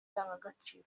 ndangagaciro